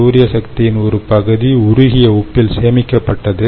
சூரிய சக்தியின் ஒரு பகுதி உருகிய உப்பில் சேமிக்கப்பட்டது